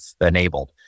enabled